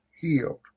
healed